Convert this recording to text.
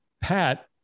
Pat